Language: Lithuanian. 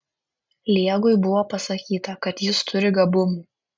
liegui buvo pasakyta kad jis turi gabumų